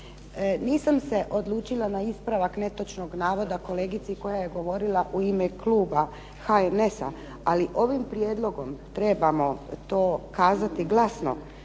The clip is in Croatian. Nisam se odlučila na ispravak netočnog navoda kolegici koja je govorila u ime kluba HNS-a. Ali ovim prijedlogom trebamo to kazati glasno